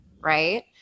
Right